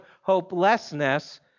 hopelessness